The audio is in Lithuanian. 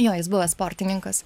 jo jis buvęs sportininkas